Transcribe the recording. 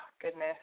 Goodness